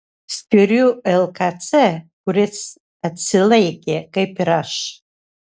skiriu lkc kuris atsilaikė kaip ir aš